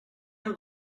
thin